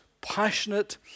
passionate